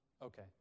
Okay